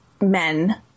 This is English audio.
men